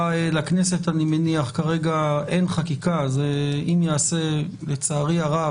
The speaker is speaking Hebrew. לכנסת כרגע אין חקיקה לצערי הרב